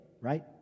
right